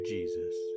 Jesus